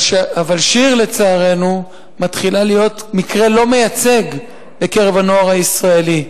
אבל שיר לצערנו מתחילה להיות מקרה לא מייצג בקרב הנוער הישראלי.